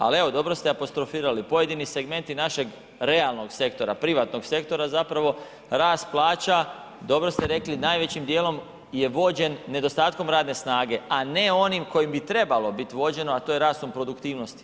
Ali evo dobro ste apostrofirali, pojedini segmenti našeg realnog sektora, privatnog sektora zapravo rast plaća, dobro ste rekli najvećim dijelom je vođen nedostatkom radne snage a ne onim kojim bi trebalo biti vođeno a to je rastom produktivnosti.